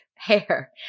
hair